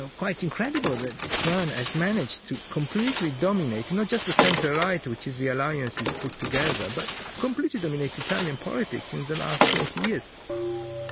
ah quite incredible that this man has managed to completely dominate not just the centre right, which is the alliance he's put together, but completely dominate italian politics in the last twenty years.